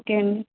okay అండి